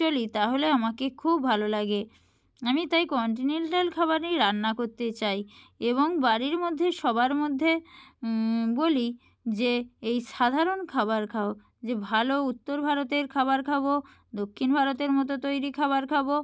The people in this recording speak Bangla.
চলি তাহলে আমাকে খুব ভালো লাগে আমি তাই কন্টিনেন্টাল খাবারই রান্না করতে চাই এবং বাড়ির মধ্যে সবার মধ্যে বলি যে এই সাধারণ খাবার খাও যে ভালো উত্তর ভারতের খাবার খাবো দক্ষিণ ভারতের মতো তৈরি খাবার খাবো